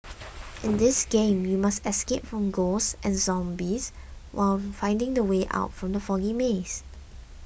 in this game you must escape from ghosts and zombies while finding the way out from the foggy maze